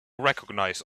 recognize